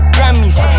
Grammys